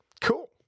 Cool